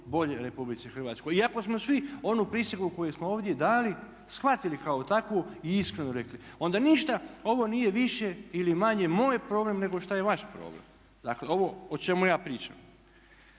bolje Republici Hrvatskoj. I ako smo svi onu prisegu koju smo ovdje dali shvatili kao takvu i iskreno rekli onda ništa ovo nije više ili manje moj problem nego što je vaš problem. Dakle, ovo o čemu ja pričam.